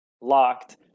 locked